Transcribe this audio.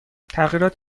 تعمیرات